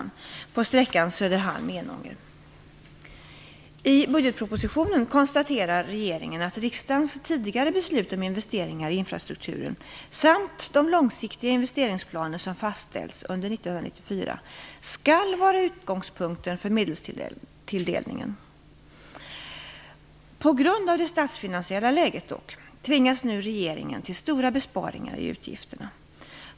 budgetpropositionen konstaterar regeringen att riksdagens tidigare beslut om investeringar i infrastrukturen samt de långsiktiga investeringsplaner som fastställts under 1994 skall vara utgångspunkten för medelstilldelningen. På grund av det statsfinansiella läget tvingas nu regeringen till stora besparingar i utgifterna.